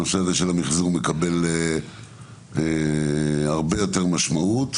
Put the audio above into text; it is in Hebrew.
הנושא הזה של המיחזור מקבל הרבה יותר משמעות,